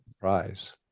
prize